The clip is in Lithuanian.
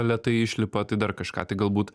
lėtai išlipa tai dar kažką tai galbūt